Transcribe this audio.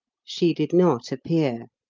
she did not appear.